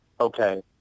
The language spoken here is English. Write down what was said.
okay